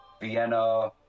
Vienna